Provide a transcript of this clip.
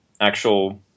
actual